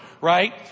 right